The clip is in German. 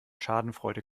schadenfreude